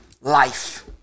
life